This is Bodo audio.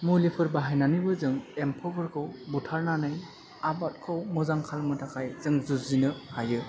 मुलिफोर बाहायनानैबो जों एम्फौफोरखौ बुथारनानै आबादखौ मोजां खालामनो थाखाय जों जुजिनो हायो